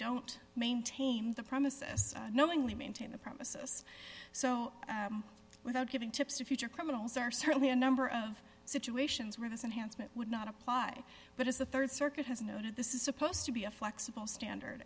don't maintain the premises knowingly maintain the premises so without giving tips to future criminals are certainly a number of situations where this enhancement would not apply but as the rd circuit has noted this is supposed to be a flexible standard